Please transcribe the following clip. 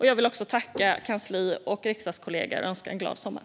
Jag vill också tacka kansli och riksdagskollegor och önska en glad sommar.